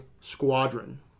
Squadron